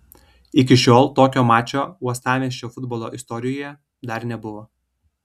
iki šiol tokio mačo uostamiesčio futbolo istorijoje dar nebuvo